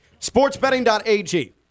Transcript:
sportsbetting.ag